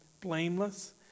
blameless